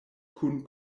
kun